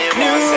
new